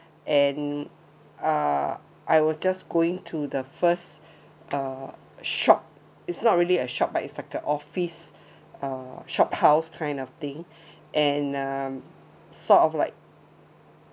and uh I was just going to the first uh shop it's not really a shop but is like a office uh shophouse kind of thing and um sort of like